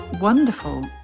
wonderful